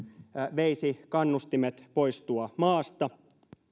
veisi kannustimet poistua maasta